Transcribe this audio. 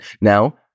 Now